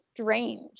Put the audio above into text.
strange